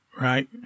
right